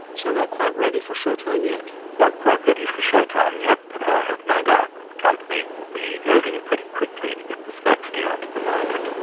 so not quite ready for showtime yet. not quite ready for showtime yet, but i have no doubt that the company will be moving pretty quickly to get this vaccine onto the market.